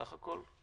בסך הכול?